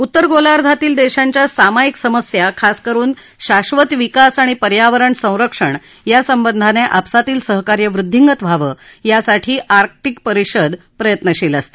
उत्तर गोलार्धातील देशांच्या सामायिक समस्या खास करुन शाधत विकास आणि पर्यावरण संरक्षण यासंबंधाने आपसातील सहकार्य वृद्दींगत व्हावं यासाठी आर्क्टिक परिषद कार्यरत प्रयत्नशील असते